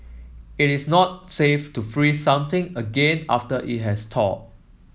it is not safe to freeze something again after it has thawed